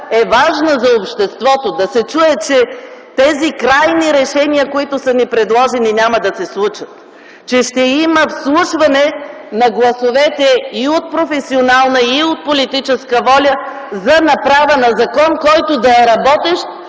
е важна за обществото, да се чуе, че тези крайни решения, които са ни предложени, няма да се случат, че ще има вслушване на гласовете и от професионална, и от политическа воля, за направа на закон, който да е работещ,